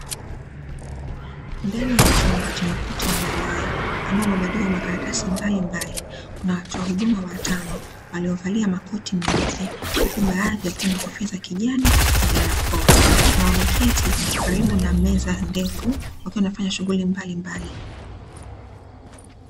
Ndani ya chumba chenye ukuta wa malai imebandikwa makaratasi mbalimbali, kuna watoa huduma watano waliovalia makoti meupe huku baadhi wakiwa kofia za kijani na barakoa na wameketi karibu na meza ndefu wakiwa wanafanya shughuli mbalimbali.